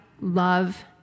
love